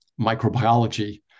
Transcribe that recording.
microbiology